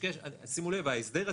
שימו לב, ההסדר עצמו,